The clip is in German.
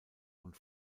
und